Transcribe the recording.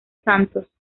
santos